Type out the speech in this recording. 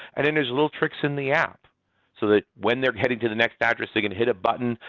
and then there's little tricks in the app so that when they're headed to the next address, they can hit a button.